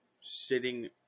sitting